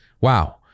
wow